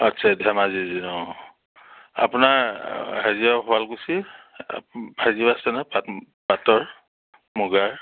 আচ্ছা ধেমাজিৰ অঁ আপোনাৰ হেৰিয়ৰ শুৱালকুছিৰ হেৰিও আছে নহয় পাটৰ মূগাৰ